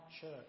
church